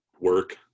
Work